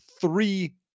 three